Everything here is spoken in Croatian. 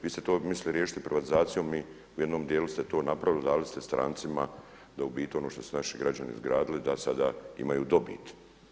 Vi ste to mislili riješiti privatizacijom i u jednom dijelu ste to napravili, dali ste strancima da u biti ono što su naši građani izgradili, da sada imaju dobit.